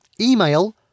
email